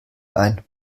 ein